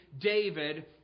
David